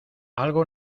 algo